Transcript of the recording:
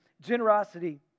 generosity